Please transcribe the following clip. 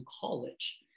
college